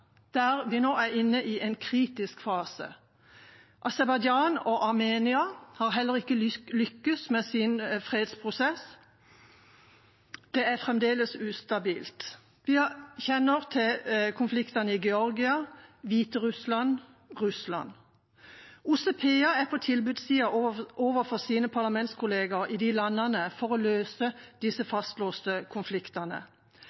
nå inne i en kritisk fase. Aserbajdsjan og Armenia har heller ikke lykkes med sin fredsprosess, det er fremdeles ustabilt. Vi kjenner til konfliktene i Georgia, Hviterussland og Russland. OSSE PA er på tilbudssiden overfor sine parlamentskolleger i de landene for å løse disse